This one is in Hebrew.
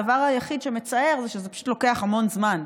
הדבר היחיד שמצער זה שזה פשוט לוקח המון זמן,